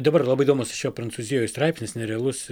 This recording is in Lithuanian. dabar labai įdomus išėjo prancūzijoj straipsnis nerealus